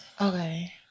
Okay